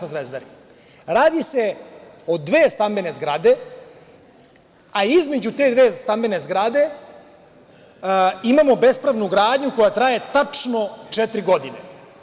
Naime, radi se dve stambene zgrade a između te dve stambene zgrade imamo bespravnu gradnju koja traje tačno četiri godine.